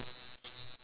ya a gift